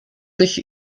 dich